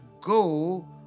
go